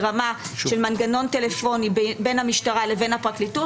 ברמה של מנגנון טלפוני בין המשטרה לבין הפרקליטות,